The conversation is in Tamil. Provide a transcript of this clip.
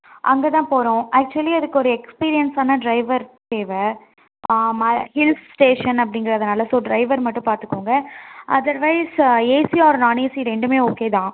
அங்கே தான் போகிறோம் ஆக்ஷுவலி அதுக்கு ஒரு எக்ஸ்பீரியன்ஸான டிரைவர் தேவை ஆமாம் ஹில்ஸ் ஸ்டேஷன் அப்படிங்கிறதுனால இப்போ டிரைவர் மட்டும் பார்த்துக்கோங்க அதர்வைஸ் ஏசி ஆர் நாண்ஏசி ரெண்டுமே ஓகே தான்